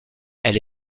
elle